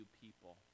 people